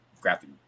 graphic